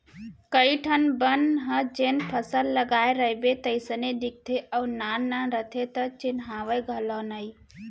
कइ ठन बन ह जेन फसल लगाय रइबे तइसने दिखते अउ नान नान रथे त चिन्हावय घलौ नइ